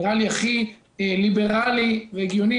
זה נראה לי הכי ליברלי והגיוני,